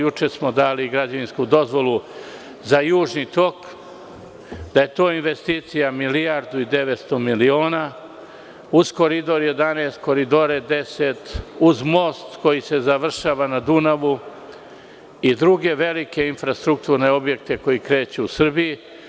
Juče smo dali građevinsku dozvolu za „Južni tok“, da je to investicija milijardu i 900 miliona uz Koridor 11, Koridor 10, uz most koji se završava na Dunavu i druge velike infrastrukturne objekte koji kreću u Srbiji.